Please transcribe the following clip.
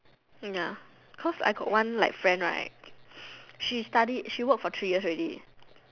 ya cause I got one friend right she study she work for three years already